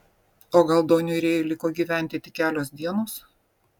o gal doniui rėjui liko gyventi tik kelios dienos